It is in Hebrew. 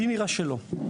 לי נראה שלא.